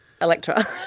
Electra